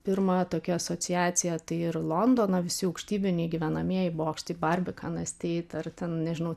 pirma tokia asociacija tai ir londono visi aukštybiniai gyvenamieji bokštai barbikanas tai ar ten nežinau